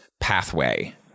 pathway